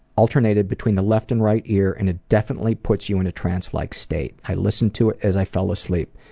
alternated between the left and right ear, and it definitely puts you in a trance-like state. i listened to it as i fell asleep.